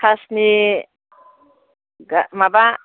खासनि गा माबा